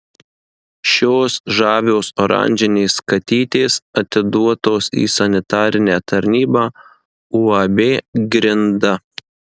šios žavios oranžinės katytės atiduotos į sanitarinę tarnybą uab grinda